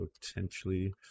potentially